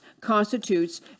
constitutes